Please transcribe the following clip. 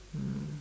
mm